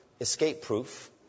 escape-proof